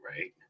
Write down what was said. right